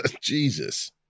Jesus